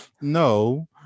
no